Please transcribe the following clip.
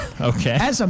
Okay